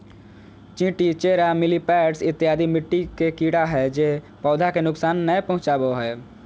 चींटी, चेरा, मिलिपैड्स इत्यादि मिट्टी के कीड़ा हय जे पौधा के नुकसान नय पहुंचाबो हय